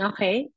Okay